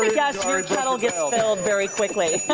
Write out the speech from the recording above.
your kettle gets filled very quickly.